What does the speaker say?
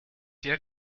dir